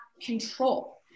control